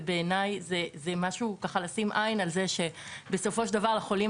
אבל בעיניי צריך לשים לב שבסופו של דבר לחולים